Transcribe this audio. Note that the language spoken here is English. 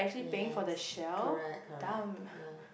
yes correct correct ya